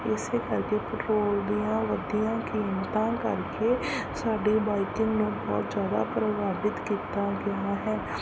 ਇਸੇ ਕਰਕੇ ਪੈਟ੍ਰੋਲ ਦੀਆਂ ਵਧੀਆਂ ਕੀਮਤਾਂ ਕਰਕੇ ਸਾਡੀ ਬਾਈਕਿੰਗ ਨੂੰ ਬਹੁਤ ਜ਼ਿਆਦਾ ਪ੍ਰਭਾਵਿਤ ਕੀਤਾ ਗਿਆ ਹੈ